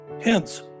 hence